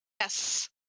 yes